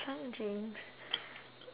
some dream